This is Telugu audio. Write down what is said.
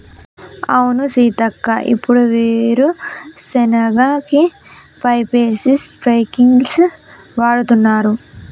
అవును సీతక్క ఇప్పుడు వీరు సెనగ కి పైపేసి స్ప్రింకిల్స్ వాడుతున్నారు